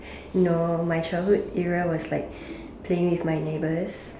no my childhood era was like playing with my neighbors